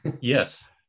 Yes